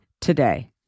today